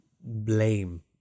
blame